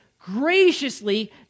graciously